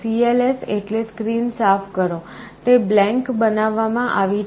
cls એટલે screen સાફ કરો તે blank બનાવવામાં આવી છે